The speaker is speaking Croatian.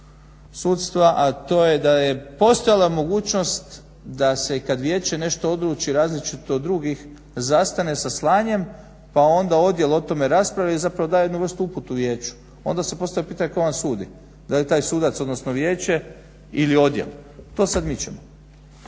sudstva, a to je da je postojala mogućnost da se kad vijeće nešto odluči različito od drugih zastane sa slanjem pa onda odjel o tome raspravlja i zapravo daje jednu vrstu upute o vijeću. Onda se postavlja pitanje kome on sudi, dal je taj sudac odnosno vijeće ili odjel. To sad mičemo.